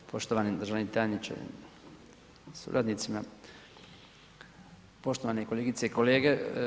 Poštovani državni tajniče sa suradnicima, poštovani kolegice i kolege.